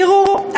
תראו,